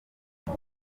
ati